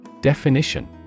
Definition